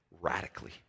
radically